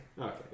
Okay